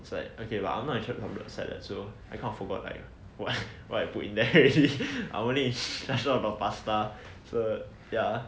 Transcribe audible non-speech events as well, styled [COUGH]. it's like okay lah I am not salad so I kind of forgot like what what I put in there already I only in [LAUGHS] only talk about pasta ya